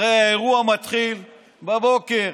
הרי האירוע מתחיל בבוקר.